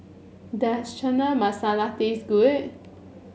does Chana Masala taste good